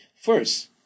First